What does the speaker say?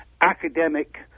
academic